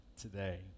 today